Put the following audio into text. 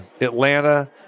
Atlanta